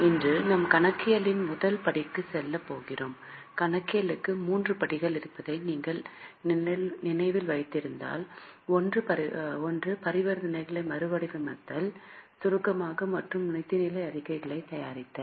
இன்று நாம் கணக்கியலின் முதல் படிக்குச் செல்லப் போகிறோம் கணக்கியலுக்கு மூன்று படிகள் இருப்பதை நீங்கள் நினைவில் வைத்திருந்தால் ஒன்று பரிவர்த்தனைகளை மறுவடிவமைத்தல் சுருக்கமாக மற்றும் நிதிநிலை அறிக்கைகளைத் தயாரித்தல்